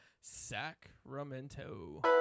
Sacramento